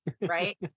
right